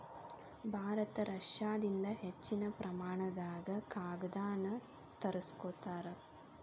ಭಾರತ ರಷ್ಯಾದಿಂದ ಹೆಚ್ಚಿನ ಪ್ರಮಾಣದಾಗ ಕಾಗದಾನ ತರಸ್ಕೊತಾರ